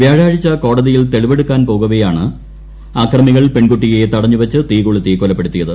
വ്യാഴാഴ്ച കോടതിയിൽ തെളിവെടുക്കാൻ പോകവേയാണ് അക്രമികൾ പെൺകുട്ടിയെ തടഞ്ഞു വെച്ച് തീ കൊളുത്തി കൊലപ്പെടുത്തിയത്